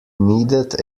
needed